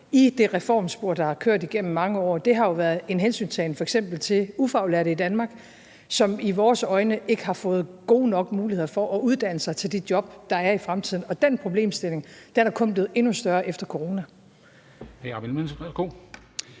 i det reformspor, der er kørt igennem mange år, har jo været en hensyntagen til f.eks. ufaglærte i Danmark, som i vores øjne ikke har fået gode nok muligheder for at uddanne sig til de job, der er i fremtiden. Og den problemstilling er kun blevet endnu større efter corona.